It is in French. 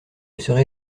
serai